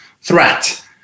threat